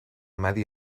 medi